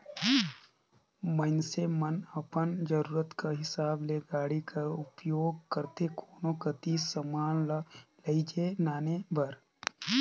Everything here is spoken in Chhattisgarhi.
मइनसे मन अपन जरूरत कर हिसाब ले गाड़ी कर उपियोग करथे कोनो कती समान ल लेइजे लाने बर